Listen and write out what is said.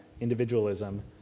individualism